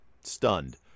stunned